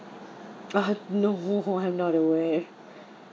ah no I am not aware